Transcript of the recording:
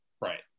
Right